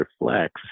reflects